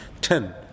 ten